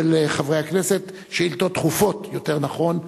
של חברי הכנסת, שאילתות דחופות, יותר נכון.